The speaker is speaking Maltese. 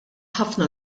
ħafna